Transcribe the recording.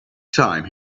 time